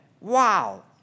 wow